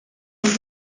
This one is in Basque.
egin